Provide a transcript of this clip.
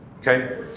Okay